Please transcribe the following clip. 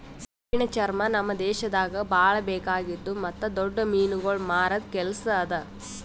ಕಠಿಣ ಚರ್ಮ ನಮ್ ದೇಶದಾಗ್ ಭಾಳ ಬೇಕಾಗಿದ್ದು ಮತ್ತ್ ದೊಡ್ಡ ಮೀನುಗೊಳ್ ಮಾರದ್ ಕೆಲಸ ಅದಾ